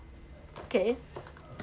okay